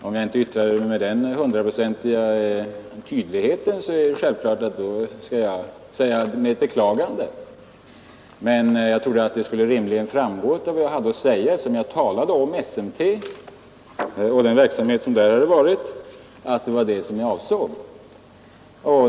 Om jag inte yttrade mig med den hundraprocentiga tydligheten skall jag självfallet uttala mitt beklagande. Men jag tror att det rimligen skulle framgå av vad jag hade att säga, eftersom jag talade om SMT och dess verksamhet.